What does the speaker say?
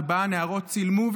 שבהם הנערות צילמו,